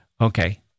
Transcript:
Okay